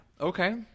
Okay